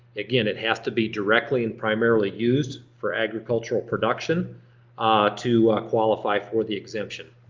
again it has to be directly and primarily used for agricultural production ah to qualify for the exemption.